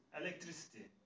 electricity